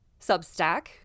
substack